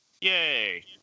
Yay